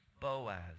Boaz